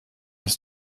ist